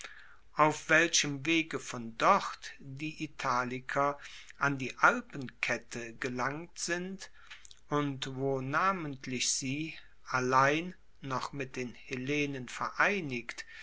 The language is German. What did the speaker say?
auf welchem wege von dort die italiker an die alpenkette gelangt sind und wo namentlich sie allein noch mit den hellenen vereinigt